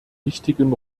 wichtigen